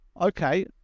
okay